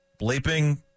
bleeping